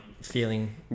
feeling